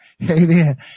Amen